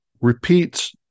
repeats